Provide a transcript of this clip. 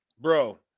Bro